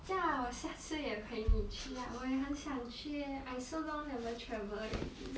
这样我下次也陪你去 lah 我也很想去耶 I so long never travel already